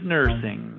Nursing